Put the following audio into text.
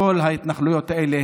כל ההתנחלויות האלה,